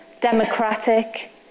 democratic